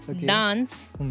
dance